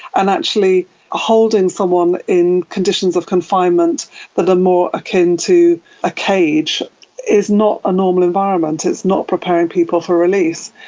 and actually holding someone in conditions of confinement that are more akin to a cage is not a normal environment, it's not preparing people for release.